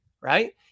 right